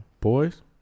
boys